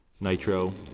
nitro